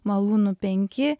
malūnų penki